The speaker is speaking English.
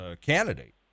candidate